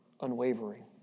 unwavering